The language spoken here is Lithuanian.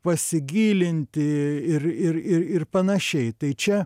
pasigilinti ir ir ir ir panašiai tai čia